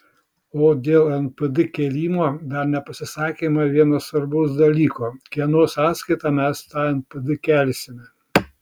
o dėl npd kėlimo dar nepasakėme vieno svarbaus dalyko kieno sąskaita mes tą npd kelsime